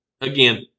Again